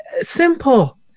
simple